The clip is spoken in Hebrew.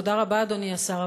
תודה רבה, אדוני השר.